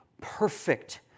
perfect